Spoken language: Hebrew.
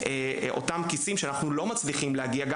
אותם כיסים שאנחנו לא מצליחים להגיע אליהם.